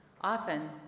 Often